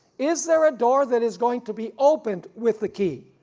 is there a door that is going to be opened with the key?